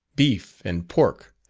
beef, and pork,